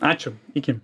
ačiū iki